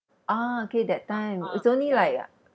ah okay that time it's only like